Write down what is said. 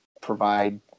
provide